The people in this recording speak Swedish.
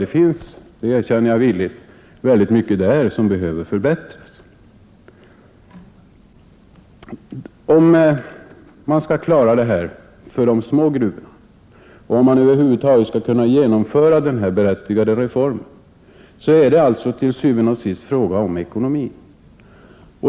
Det finns — det erkänner jag villigt — väldigt mycket där som behöver förbättras. Om man skall klara det här för de små gruvorna och om man över huvud taget skall kunna genomföra den här berättigade reformen, är det alltså til syvende og sidst fråga om ekonomi.